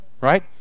right